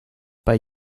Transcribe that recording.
bei